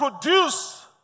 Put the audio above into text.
produce